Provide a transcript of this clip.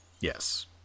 Yes